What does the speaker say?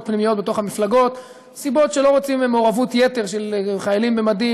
פנימיות בתוך המפלגות מסיבות שלא רוצים מעורבות-יתר של חיילים במדים,